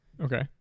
okay